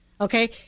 Okay